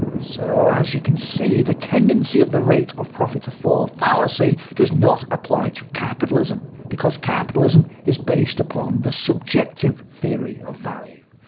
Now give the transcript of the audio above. so, as you can see, the tendency of the rate of profit to fall fallacy does not apply to capitalism, because capitalism is based upon the subjective theory of value.